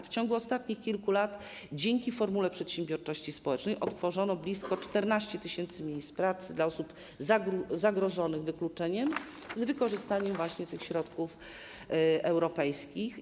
W ciągu ostatnich kilku lat dzięki formule przedsiębiorczości społecznej otworzono blisko 14 tys. miejsc pracy dla osób zagrożonych wykluczeniem z wykorzystaniem właśnie środków europejskich.